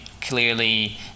clearly